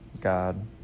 God